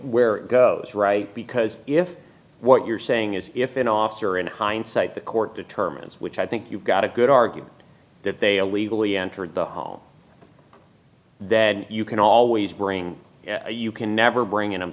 where it goes right because if what you're saying is if an officer in hindsight the court determines which i think you've got a good argument that they illegally entered the home that you can always bring you can never bring